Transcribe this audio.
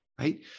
right